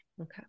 Okay